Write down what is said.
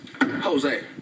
Jose